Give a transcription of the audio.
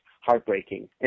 heartbreaking